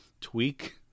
tweak